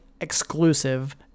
exclusive